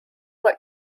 what